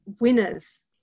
winners